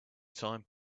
time